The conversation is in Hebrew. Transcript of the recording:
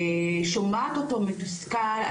שומעת אותו מתוסכל,